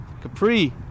Capri